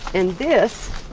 and this